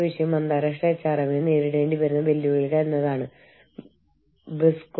Schuler Briscoe Schuler Claus Schuler Briscoe Schuler and Claus എന്നിവരുടെ പുസ്തകം